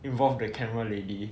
involve the camera lady